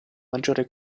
maggiore